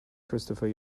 christopher